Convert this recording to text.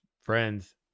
friends